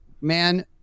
man